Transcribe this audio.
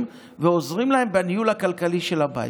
ועוזרים להם בניהול הכלכלי של הבית.